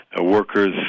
workers